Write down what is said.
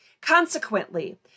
Consequently